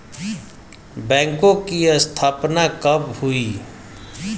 बैंकों की स्थापना कब हुई?